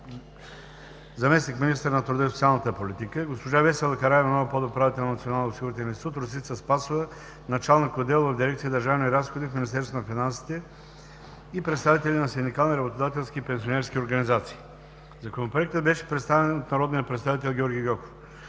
Законопроектът беше представен от народния представител Георги Гьоков.